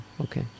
okay